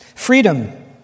Freedom